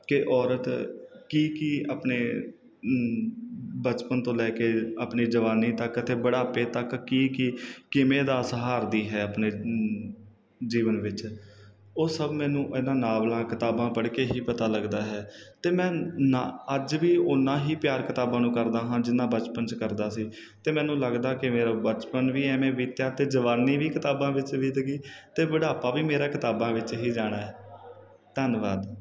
ਕਿ ਔਰਤ ਕੀ ਕੀ ਆਪਣੇ ਬਚਪਨ ਤੋਂ ਲੈ ਕੇ ਆਪਣੇ ਜਵਾਨੀ ਤੱਕ ਅਤੇ ਬੁਢਾਪੇ ਤੱਕ ਕੀ ਕੀ ਕਿਵੇਂ ਦਾ ਸਹਾਰਦੀ ਹੈ ਆਪਣੇ ਜੀਵਨ ਵਿੱਚ ਉਹ ਸਭ ਮੈਨੂੰ ਇਹਨਾਂ ਨਾਵਲਾਂ ਕਿਤਾਬਾਂ ਪੜ੍ਹ ਕੇ ਹੀ ਪਤਾ ਲੱਗਦਾ ਹੈ ਅਤੇ ਮੈਂ ਨਾ ਅੱਜ ਵੀ ਉੰਨਾ ਹੀ ਪਿਆਰ ਕਿਤਾਬਾਂ ਨੂੰ ਕਰਦਾ ਹਾਂ ਜਿੰਨਾ ਬਚਪਨ 'ਚ ਕਰਦਾ ਸੀ ਅਤੇ ਮੈਨੂੰ ਲੱਗਦਾ ਕਿ ਮੇਰਾ ਬਚਪਨ ਵੀ ਐਵੇਂ ਬੀਤਿਆ ਅਤੇ ਜਵਾਨੀ ਵੀ ਕਿਤਾਬਾਂ ਵਿੱਚ ਬੀਤ ਗਈ ਅਤੇ ਬੁਢਾਪਾ ਵੀ ਮੇਰਾ ਕਿਤਾਬਾਂ ਵਿੱਚ ਹੀ ਜਾਣਾ ਹੈ ਧੰਨਵਾਦ